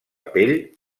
pell